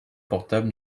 portable